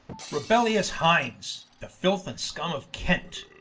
rebellious hinds, the filth and scum of kent,